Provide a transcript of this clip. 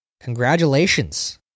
Congratulations